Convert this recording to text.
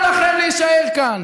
לך כן.